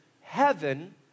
heaven